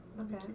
Okay